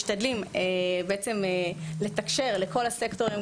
משתדלים בעצם לתקשר לכל הסקטורים,